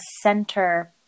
center